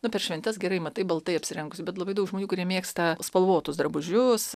nu per šventes gerai matai baltai apsirengusių bet labai daug žmonių kurie mėgsta spalvotus drabužius